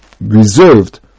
reserved